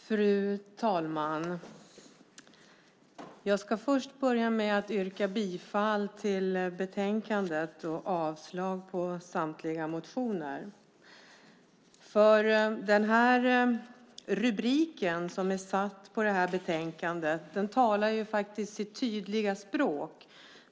Fru talman! Jag ska börja med att yrka bifall till förslaget i betänkandet och avslag på samtliga motioner. Rubriken som är satt på betänkandet talar sitt tydliga språk.